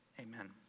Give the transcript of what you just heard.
Amen